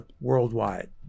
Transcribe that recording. worldwide